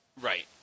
Right